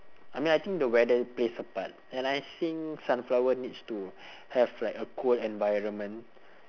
I mean I think the weather plays a part and I think sunflower needs to have like a cold environment